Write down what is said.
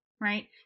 right